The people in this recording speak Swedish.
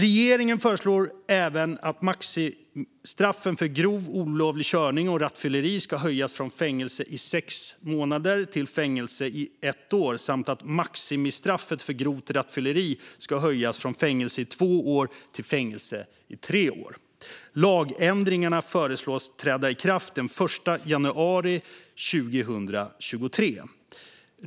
Regeringen föreslår även att maximistraffen för grov olovlig körning och rattfylleri ska höjas från fängelse i sex månader till fängelse i ett år samt att maximistraffet för grovt rattfylleri ska höjas från fängelse i två år till fängelse i tre år. Lagändringarna föreslås träda i kraft den 1 januari 2023.